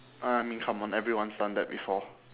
oh I mean come on everyone's done that before